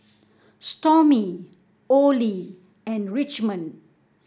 Stormy Olie and Richmond